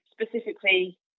specifically